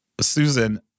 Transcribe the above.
susan